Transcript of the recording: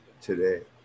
today